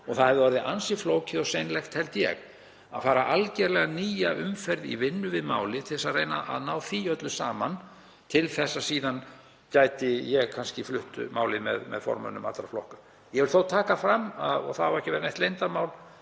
og það hefði orðið ansi flókið og seinlegt, held ég, að fara algerlega nýja umferð í vinnu við málið til að reyna að ná því öllu saman til þess að síðan gæti ég kannski flutt málið með formönnum allra flokka. Ég vil þó taka fram, og það á ekki að vera neitt leyndarmál,